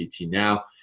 now